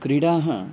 क्रीडाः